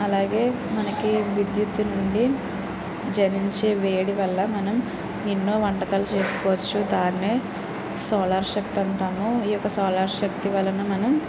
అలాగే మనకి విద్యుత్తు నుండి జనించే వేడి వల్ల మనం ఎన్నో వంటకాలు చేసుకోవచ్చు దాన్నే సోలార్ శక్తి అంటాము ఈ యొక సోలార్ శక్తి వలన మనం